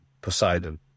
Poseidon